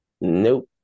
Nope